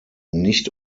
nicht